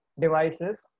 devices